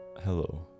Hello